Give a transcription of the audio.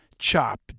chop